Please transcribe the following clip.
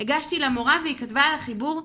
'הגשתי למורה והיא כתבה על החיבור 'נרשם'.